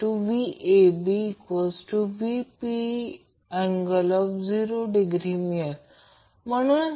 57 angle 62 o ampere हे Ia चे मूल्य आहे